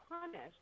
punished